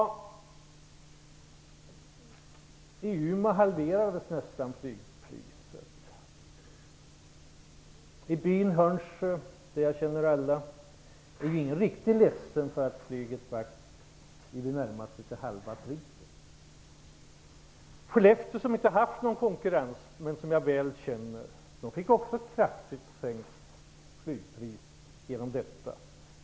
I Umeå halverades nästan flygpriset. I byn Hörnsjö, där jag känner alla, blev ingen riktigt ledsen för att flyget blev tillgängligt till i det närmaste halva priset. Skellefteå, som inte har haft någon konkurrens, men som jag känner väl, fick också kraftigt sänkt flygpris genom detta.